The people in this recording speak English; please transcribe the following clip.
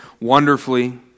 wonderfully